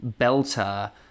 belter